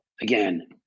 again